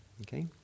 Okay